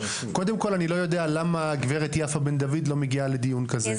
קודם כל אני לא יודע למה גב' יפה בן דוד לא מגיעה לדיון כזה.